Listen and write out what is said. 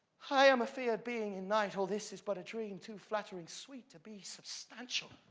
i am afeard. being in night, all this is but a dream, too flattering-sweet to be substantial.